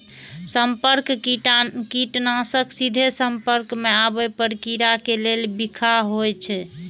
संपर्क कीटनाशक सीधे संपर्क मे आबै पर कीड़ा के लेल बिखाह होइ छै